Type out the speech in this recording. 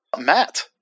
Matt